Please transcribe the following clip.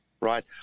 Right